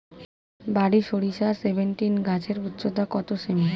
বারি সরিষা সেভেনটিন গাছের উচ্চতা কত সেমি?